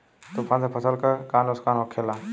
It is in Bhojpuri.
तूफान से फसल के का नुकसान हो खेला?